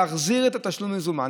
להחזיר את התשלום במזומן.